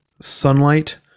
sunlight